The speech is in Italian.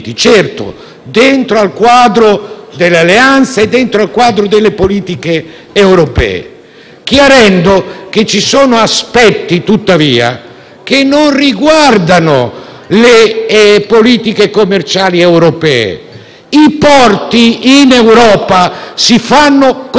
chiarendo che ci sono aspetti tuttavia che non riguardano le politiche commerciali europee. I porti, infatti, in Europa si fanno concorrenza e noi abbiamo diritto di tutelare gli interessi italiani e a fare